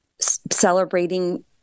celebrating